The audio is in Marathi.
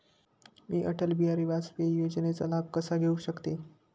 मी अटल बिहारी वाजपेयी योजनेचा लाभ कसा घेऊ शकते?